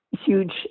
huge